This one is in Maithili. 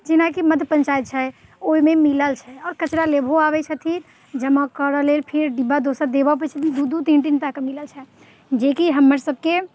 जेनाकि मध्य पञ्चायत छै ओहिमे मिलल छै आओर कचरा लेबहो आबैत छथिन जमा करऽ लेल फेर डब्बा दोसर देबऽ अबैत छथिन दू दू तीन तीनटाके मिलैत छै जेकि हमर सबकेँ